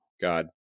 God